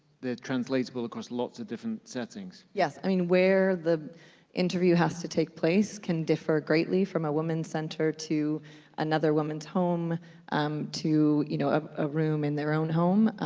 translatable across lots of different settings? yes, i mean, where the interview has to take place can differ greatly from a women's center to another woman's home um to you know a room in their own home,